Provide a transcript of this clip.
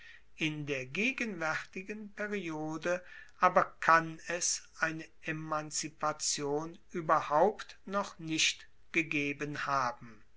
in der gegenwaertigen periode aber kann es eine emanzipation ueberhaupt noch nicht gegeben haben